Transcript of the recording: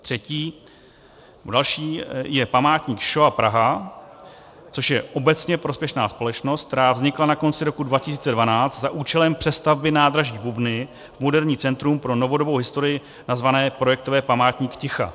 Třetí nebo další je Památník Šoa Praha, což je obecně prospěšná společnost, která vznikla na konci roku 2012 za účelem přestavby nádraží Bubny v moderní centrum pro novodobou historii nazvané projektově Památník ticha.